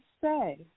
say